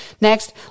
Next